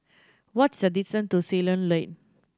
what is the distance to Ceylon Lane